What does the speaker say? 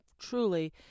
truly